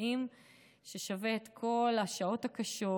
ששווים את כל השעות הקשות,